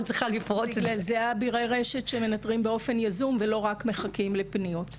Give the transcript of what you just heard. בשביל זה יש את אבירי הרשת שמנטרים באופן יזום ולא רק מחכים לפניות.